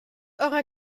eurer